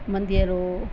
मंदिअरो